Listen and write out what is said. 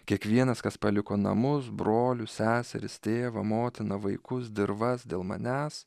kiekvienas kas paliko namus brolius seseris tėvą motiną vaikus dirvas dėl manęs